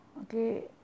okay